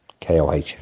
KOH